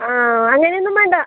ആ അങ്ങനെയൊന്നും വേണ്ട